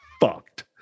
fucked